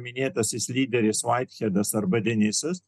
minėtasis lyderis arba denisas